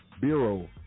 Bureau